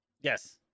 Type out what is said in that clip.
Yes